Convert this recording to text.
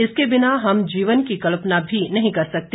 इसके बिना हम जीवन की कल्पना भी नहीं कर सकते